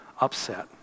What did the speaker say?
upset